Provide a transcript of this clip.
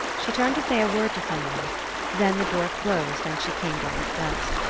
she turned to say a word to some one then the door closed, and she came down the steps.